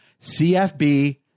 CFB